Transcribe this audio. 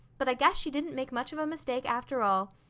but i guess she didn't make much of a mistake after all.